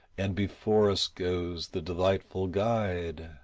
and before us goes the delightful guide,